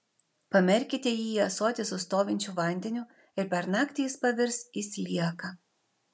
pamerkite jį į ąsotį su stovinčiu vandeniu ir per naktį jis pavirs į slieką